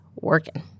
working